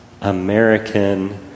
American